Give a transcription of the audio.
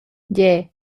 gie